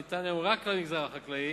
הניתן היום רק למגזר החקלאי,